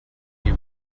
you